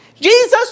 Jesus